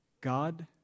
God